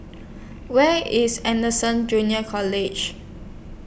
Where IS Anderson Junior College